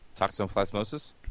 Toxoplasmosis